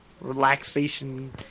Relaxation